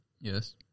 Yes